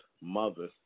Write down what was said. mother